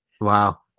Wow